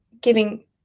giving